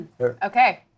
Okay